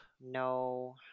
No